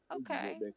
okay